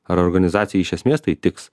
ar organizacijai iš esmės tai tiks